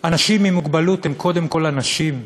אנשים עם מוגבלות הם קודם כול אנשים,